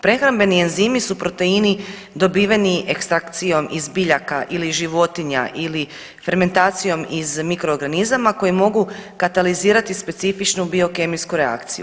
Prehrambeni enzimi su proteini dobiveni ekstrakcijom iz biljaka ili iz životinja ili fragmentacijom iz mikroorganizama koji mogu katalizirati specifičnu biokemijsku reakciju.